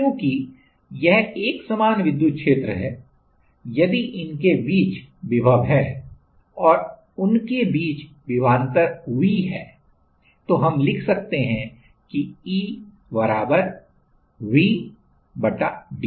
अब चूंकि यह एक समान विद्युत क्षेत्र है यदि उनके बीच विभव है और उनके बीच विभवान्तर V है तो हम लिख सकते हैं कि E बराबर V बटा d है